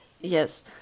Yes